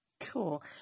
Cool